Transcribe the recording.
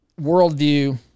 worldview